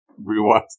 rewatch